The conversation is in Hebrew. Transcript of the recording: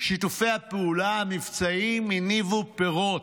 שיתופי הפעולה המבצעיים הניבו פירות.